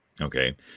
Okay